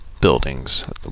buildings